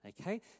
Okay